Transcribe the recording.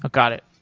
ah got it.